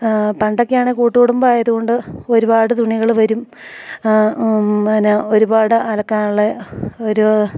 പണ്ടൊക്കെ ആണേൽ കൂട്ടുകുടുമ്പം ആയതുകൊണ്ട് ഒരുപാട് തുണികള് വരും പെന്നെ ഒരുപാട് അലക്കാനുള്ള ഒരു